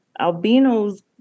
albinos